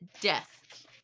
death